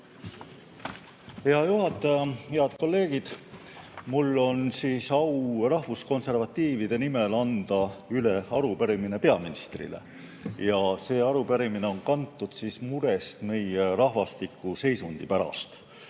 Hea juhataja! Head kolleegid! Mul on rahvuskonservatiivide nimel au üle anda arupärimine peaministrile ja see arupärimine on kantud murest meie rahvastiku seisundi pärast.